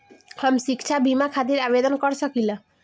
हम शिक्षा बीमा खातिर आवेदन कर सकिला?